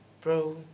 bro